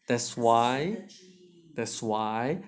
that's why that's why